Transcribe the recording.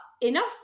enough